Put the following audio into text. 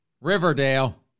Riverdale